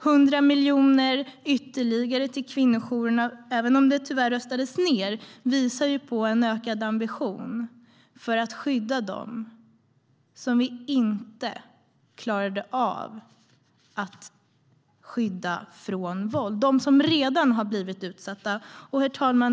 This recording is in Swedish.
Att vilja ge ytterligare 100 miljoner till kvinnojourerna visar, även om det tyvärr röstades ned, på en ökad ambition för att skydda dem vi inte klarade av att skydda från våld. Det handlar om dem som redan har blivit utsatta.